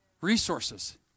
resources